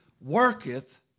worketh